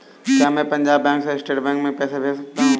क्या मैं पंजाब बैंक से स्टेट बैंक में पैसे भेज सकता हूँ?